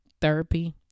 therapy